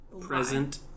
present